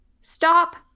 Stop